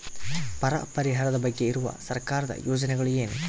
ಬರ ಪರಿಹಾರದ ಬಗ್ಗೆ ಇರುವ ಸರ್ಕಾರದ ಯೋಜನೆಗಳು ಏನು?